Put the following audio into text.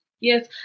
Yes